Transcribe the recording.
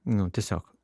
nu tiesiog